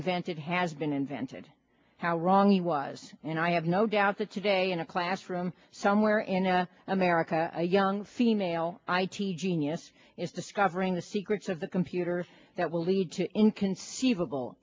invented has been invented how wrong he was and i have no doubt that today in a classroom somewhere in america a young female i t genius is discovering the secrets of the computer that will lead to inconceivable